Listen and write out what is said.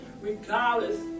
regardless